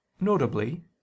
notably